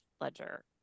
Ledger